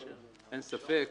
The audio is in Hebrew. אין ספק,